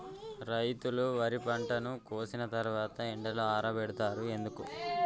రైతులు వరి పంటను కోసిన తర్వాత ఎండలో ఆరబెడుతరు ఎందుకు?